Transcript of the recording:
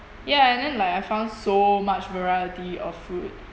ya and then like I found so much variety of food